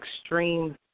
extreme